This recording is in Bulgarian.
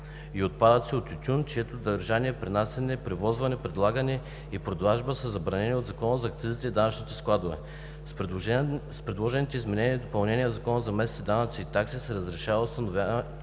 и отпадъци от тютюн, чието държане, пренасяне, превозване, предлагане и продажба са забранени от Закона за акцизите и данъчните складове. С предложените изменения и допълнения в Закона за местните данъци и такси се разрешават установените